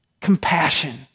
compassion